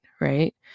right